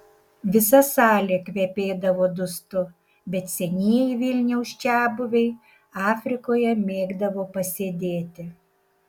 visa salė kvepėdavo dustu bet senieji vilniaus čiabuviai afrikoje mėgdavo pasėdėti